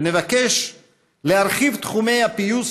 ונבקש להרחיב את תחומי הפיוס,